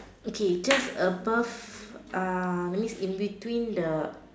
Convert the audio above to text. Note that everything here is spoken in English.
okay that's above that means in between the